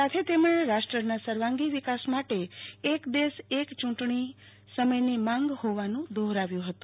સાથે તેમણે રાષ્ટ્રના સર્વાંગી વિકાસ માટે એક દેશ એક ચૂંટણી સમયની માંગ હોવાનું દોહરાવ્યું હતું